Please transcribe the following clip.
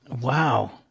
Wow